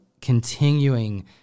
continuing